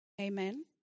Amen